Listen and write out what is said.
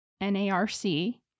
N-A-R-C